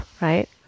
right